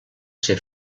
ser